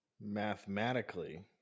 Mathematically